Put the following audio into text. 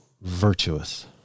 virtuous